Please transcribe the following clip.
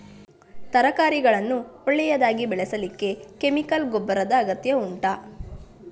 ತರಕಾರಿಗಳನ್ನು ಒಳ್ಳೆಯದಾಗಿ ಬೆಳೆಸಲಿಕ್ಕೆ ಕೆಮಿಕಲ್ ಗೊಬ್ಬರದ ಅಗತ್ಯ ಉಂಟಾ